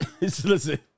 Listen